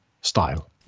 style